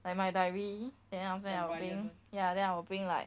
like my diary then after that I'll bring ya then I'll bring like